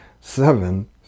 Seven